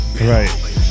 Right